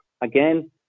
again